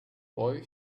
boy